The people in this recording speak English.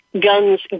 guns